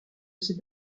ces